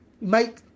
make